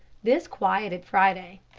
this quieted friday.